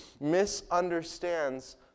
misunderstands